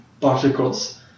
particles